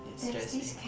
it's just in